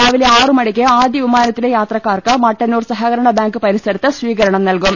രാവിലെ ആറുമണിക്ക് ആദ്യ വിമാന ത്തിലെ യാത്രക്കാർക്ക് മട്ടന്നൂർ സഹകരണ ബാങ്ക് പരിസരത്ത് സ്വീകര ണം നൽകും